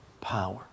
power